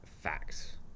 facts